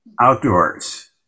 outdoors